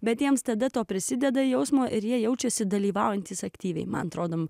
bet jiems tada to prisideda jausmo ir jie jaučiasi dalyvaujantys aktyviai man atrodome